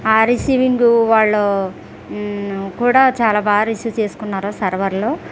ఆ రిసీవింగు వాళ్ళు కూడా చాలా బాగా రిసీవ్ చేసుకున్నారు సర్వర్లు